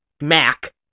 Mac